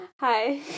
Hi